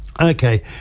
okay